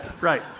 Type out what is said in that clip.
Right